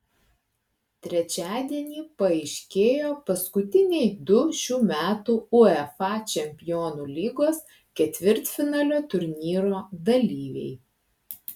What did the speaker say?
trečiadienį paaiškėjo paskutiniai du šių metų uefa čempionų lygos ketvirtfinalio turnyro dalyviai